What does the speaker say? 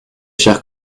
chers